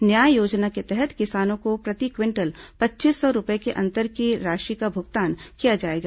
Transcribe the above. न्याय योजना के तहत किसानों को प्रति क्विंटल पच्चीस सौ रूपये के अंतर की राशि का भुगतान किया जाएगा